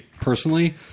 personally